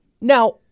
Now